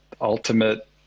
ultimate